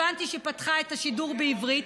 והבנתי שהיא פתחה את השידור בעברית.